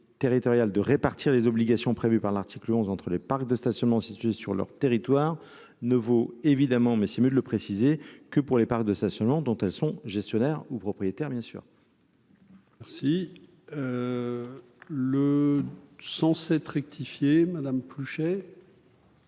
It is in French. de répartir les obligations prévues par l'article 11 entre les parcs de stationnement situés sur leur territoire ne vaut évidemment mais c'est mieux de le préciser que pour les parcs de stationnement dont elles sont gestionnaires ou propriétaires bien sûr. Merci le sens être rectifié madame Truchet.